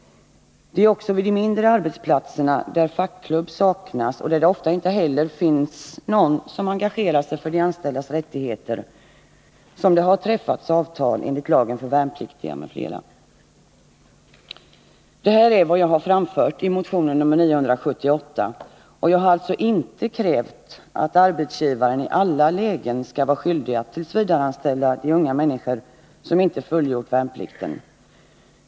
Det är också vid de mindre arbetsplatserna, där fackklubb saknas och där det ofta inte heller finns någon som engagerar sig i frågor som rör de anställdas rättigheter, som det träffats avtal enligt den nämnda lagen om värnpliktstjänstgöring m.m. Detta är vad jag har framfört i motion nr 978. Jag har alltså inte krävt att arbetsgivarna i alla lägen skall vara skyldiga att tillsvidareanställa de unga människor som inte fullgjort värnplikten.